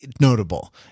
notable